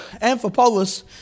Amphipolis